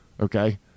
okay